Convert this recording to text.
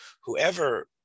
Whoever